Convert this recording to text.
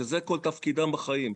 שזה כל תפקידם בחיים,